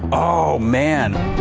oh, man!